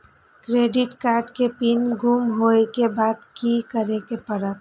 Credit card के pin गुम होय के बाद की करै ल परतै?